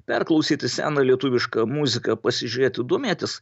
perklausyti seną lietuvišką muziką pasižiūrėti domėtis